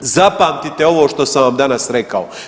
Zapamtite ovo što sam vam danas rekao.